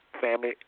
family